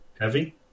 heavy